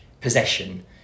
possession